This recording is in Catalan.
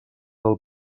del